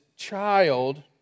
child